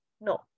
no